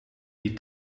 die